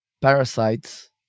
parasites